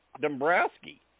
Dombrowski